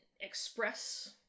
express